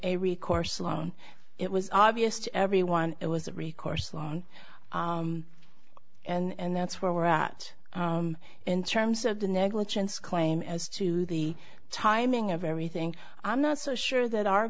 a recourse loan it was obvious to everyone it was a recourse loan and that's where we're at in terms of the negligence claim as to the timing of everything i'm not so sure that our